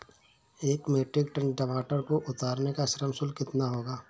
एक metric ton टमाटर को उतारने का श्रम शुल्क कितना होगा?